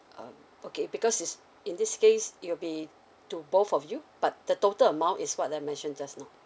uh okay because is in this case it will be to both of you but the total amount is what I mention just now